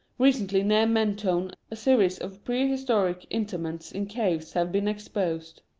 recently near mentone a series of prehistoric interments in caves have been exposed.